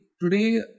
Today